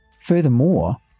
Furthermore